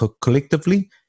collectively